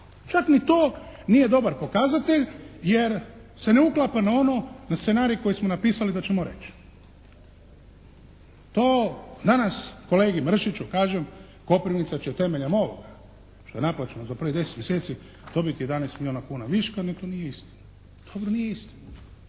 Čak ni to nije dobar pokazatelj jer se ne uklapa na ono, na scenarij koji smo napisali da ćemo reći. To danas kolegi Mršiću kažem, Koprivnica će temeljem ovoga što je naplaćeno za prvih 10 mjeseci dobiti 11 milijuna kuna viška meni to nije isto. Dobro, nije isto.